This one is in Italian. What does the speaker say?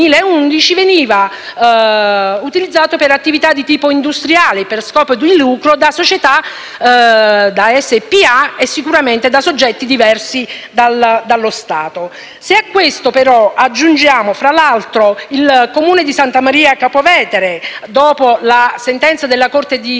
veniva utilizzato per attività di tipo industriale, per scopo di lucro da SpA e sicuramente da soggetti diversi dallo Stato. A questo aggiungiamo, fra l'altro, che il Comune di Santa Maria Capua Vetere, dopo la sentenza della Corte di